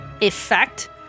effect